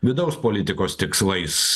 vidaus politikos tikslais